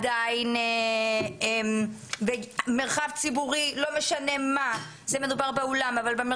עדיין במרחב הציבורי - כאן מדובר באולם אבל יש את